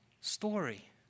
story